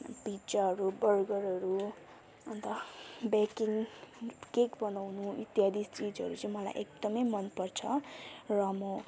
पिज्जाहरू बर्गरहरू अन्त baking cake बनाउनु इत्यादि चिजहरू चाहिँ मलाई एकदमै मन पर्छ र म